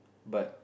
but